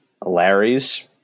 Larry's